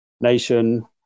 nation